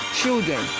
children